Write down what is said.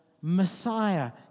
Messiah